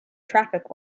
traffic